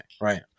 right